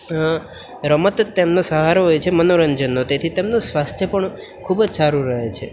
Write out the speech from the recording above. રમત જ તેમનો સહારો હોય છે મનોરંજનનો તેથી તેમનું સ્વાસ્થ્ય પણ ખૂબ જ સારું રહે છે